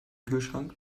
kühlschrank